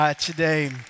today